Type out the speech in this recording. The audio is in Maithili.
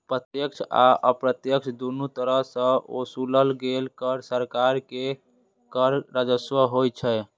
प्रत्यक्ष आ अप्रत्यक्ष, दुनू तरह सं ओसूलल गेल कर सरकार के कर राजस्व होइ छै